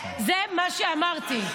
זה מה שאמרתי.